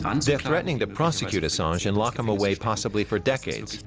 and threatening to prosecute assange and lock him away, possibly for decades.